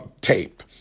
tape